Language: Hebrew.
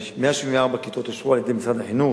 184 כיתות אושרו על-ידי משרד החינוך.